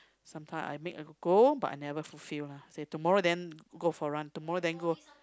sometime I made a goal but I never fulfill lah say tomorrow then go for run tomorrow then go